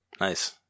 Nice